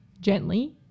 gently